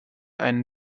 einen